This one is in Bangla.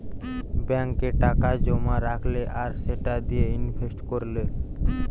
ব্যাংকে টাকা জোমা রাখলে আর সেটা দিয়ে ইনভেস্ট কোরলে